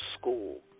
school